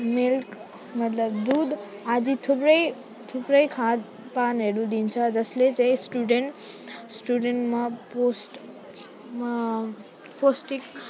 milk मतलब दुध आदि थुप्रै थुप्रै खानपानहरू दिन्छ जसले चाहिँ स्टुडेन्ट स्टुडेन्टमा पोस्ट पौष्टिक